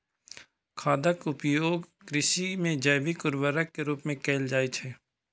खादक उपयोग कृषि मे जैविक उर्वरक के रूप मे कैल जाइ छै